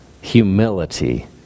humility